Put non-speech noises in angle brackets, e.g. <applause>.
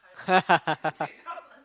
<laughs>